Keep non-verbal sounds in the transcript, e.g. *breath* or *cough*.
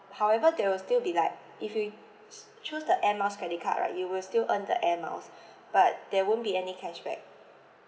however there will still be like if we s~ choose the air miles credit card right you will still earn the air miles *breath* but there won't be any cashback